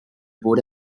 wurde